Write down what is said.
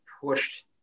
pushed